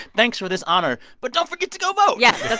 thanks for this honor. but don't forget to go vote yeah. that's